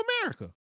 America